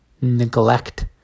neglect